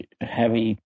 heavy